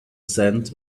sands